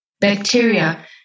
bacteria